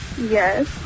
Yes